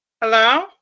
Hello